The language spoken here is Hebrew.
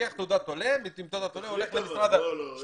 לוקח את תעודת העולה והולך למשרד הפנים.